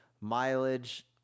mileage